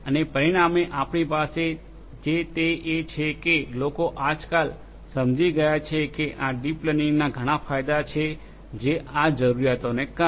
અને પરિણામે આપણી પાસે જે તે એ છે કે લોકો આજકાલ સમજી ગયા છે કે આ ડીપ લર્નિંગના ઘણા ફાયદા છે આ જરૂરીયાતોને કારણે